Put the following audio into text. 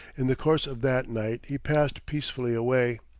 in the course of that night he passed peacefully away.